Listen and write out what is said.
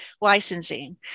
licensing